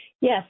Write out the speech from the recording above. Yes